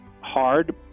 hard